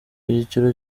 ibyiciro